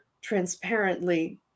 transparently